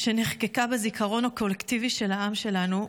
שנחקקה בזיכרון הקולקטיבי של העם שלנו,